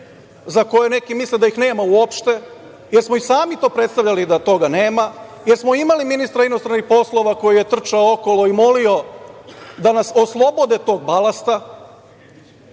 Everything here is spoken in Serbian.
za koje neki misle da ih nema uopšte, jer smo i sami to predstavljali da toga nema, jer smo imali ministra inostranih poslova koji je trčao okolo i molio da nas oslobode tog balasta,